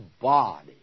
body